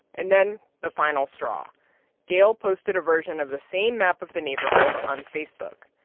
and then the final straw gayle posted a version of the same map of the neighborhood on facebook.